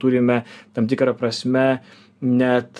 turime tam tikra prasme net